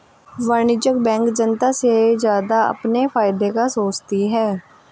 वाणिज्यिक बैंक जनता से ज्यादा अपने फायदे का सोचती है